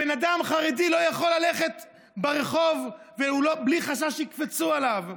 בן אדם חרדי לא יכול ללכת ברחוב בלי חשש שיקפצו עליו.